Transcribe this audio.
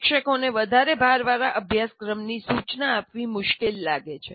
શિક્ષકોને વધારે ભારવાળા અભ્યાસક્રમની સૂચના આપવી મુશ્કેલ લાગે છે